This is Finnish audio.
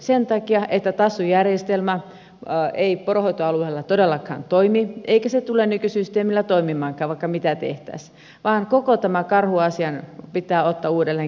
sen takia että tassu järjestelmä ei poronhoitoalueella todellakaan toimi eikä se tule nykysysteemillä toimimaankaan vaikka mitä tehtäisiin vaan koko tämä karhuasia pitää ottaa uudelleen käsittelyyn